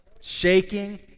Shaking